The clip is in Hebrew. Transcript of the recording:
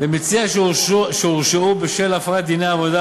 במציע הורשעו בשל הפרת דיני העבודה